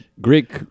Greek